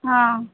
हां